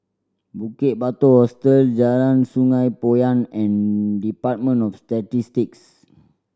Bukit Batok Hostel Jalan Sungei Poyan and Department of Statistics